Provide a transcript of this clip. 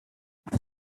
they